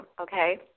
Okay